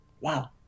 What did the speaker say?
Wow